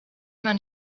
man